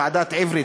ועדת עברי,